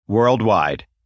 Worldwide